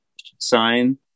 sign